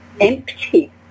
empty